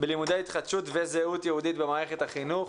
בלימודי התחדשות וזהות יהודית במערכת החינוך.